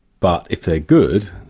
but if they're good,